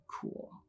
cool